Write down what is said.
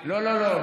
לא, לא, לא.